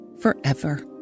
forever